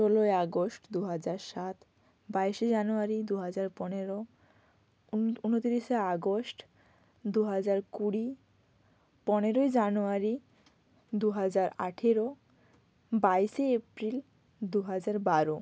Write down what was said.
ষোলোই আগস্ট দু হাজার সাত বাইশে জানুয়ারি দু হাজার পনেরো উনোতিরিশে আগস্ট দু হাজার কুড়ি পনেরোই জানুয়ারি দু হাজার আঠেরো বাইশে এপ্রিল দু হাজার বারো